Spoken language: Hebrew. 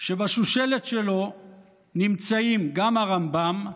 שבשושלת שלו נמצאים גם הרמב"ם,